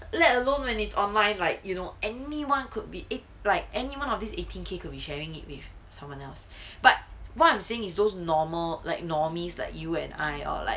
let alone when its online like you know anyone could eh like anyone of these eighteen K could be sharing it with someone else but what I'm saying is those normal like normees like you and I or like